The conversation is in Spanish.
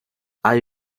hay